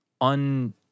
Un